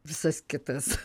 visas kitas